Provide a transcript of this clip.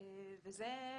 וזו